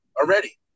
Already